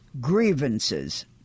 grievances